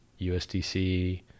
USDC